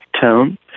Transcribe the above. tone